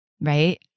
right